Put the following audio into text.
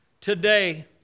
Today